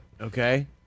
Okay